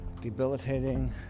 debilitating